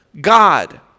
God